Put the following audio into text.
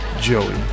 Joey